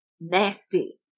Nasty